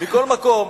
מכל מקום,